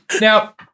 Now